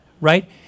right